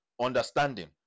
understanding